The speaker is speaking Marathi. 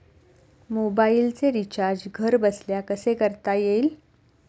मोबाइलचे रिचार्ज घरबसल्या कसे करता येईल?